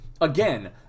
Again